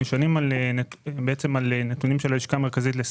והם נשענים על הנתונים של הלשכה המרכזית לסטטיסטיקה.